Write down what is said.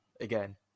again